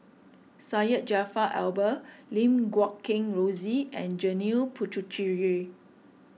Syed Jaafar Albar Lim Guat Kheng Rosie and Janil Puthucheary